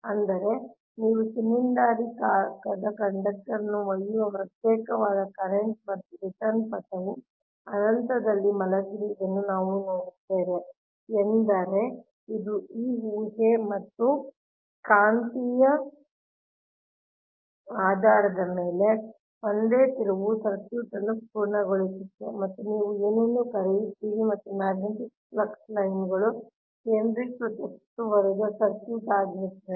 ಅಂದರೆ ನೀವು ಸಿಲಿಂಡರಾಕಾರದ ಕಂಡಕ್ಟರ್ ಅನ್ನು ಒಯ್ಯುವ ಪ್ರತ್ಯೇಕವಾದ ಕರೆಂಟ್ ಮತ್ತು ರಿಟರ್ನ್ ಪಥವು ಅನಂತದಲ್ಲಿ ಮಲಗಿರುವುದನ್ನು ನಾವು ನೋಡುತ್ತೇವೆ ಎಂದರೆ ಇದು ಈ ಊಹೆ ಮತ್ತು ಕಾಂತೀಯ ಆಧಾರದ ಮೇಲೆ ಒಂದೇ ತಿರುವು ಸರ್ಕ್ಯೂಟ್ ಅನ್ನು ಪೂರ್ಣಗೊಳಿಸುತ್ತದೆ ಮತ್ತು ನೀವು ಏನನ್ನು ಕರೆಯುತ್ತೀರಿ ಮತ್ತು ಮ್ಯಾಗ್ನೆಟಿಕ್ ಫ್ಲಕ್ಸ್ ಲೈನ್ಗಳು ಕೇಂದ್ರೀಕೃತ ಸುತ್ತುವರಿದ ಸರ್ಕ್ಯೂಟ್ ಆಗಿರುತ್ತವೆ